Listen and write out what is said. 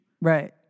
right